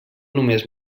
només